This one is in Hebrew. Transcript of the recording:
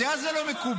אני יודע שזה לא מקובל.